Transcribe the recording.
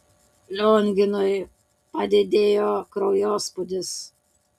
lionginui padidėjo kraujospūdis